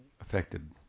affected